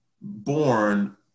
born